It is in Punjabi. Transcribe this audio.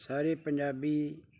ਸਾਰੇ ਪੰਜਾਬੀ